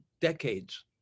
decades